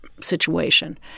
situation